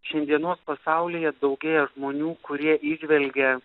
šiandienos pasaulyje daugėja žmonių kurie įžvelgia